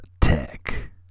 Tech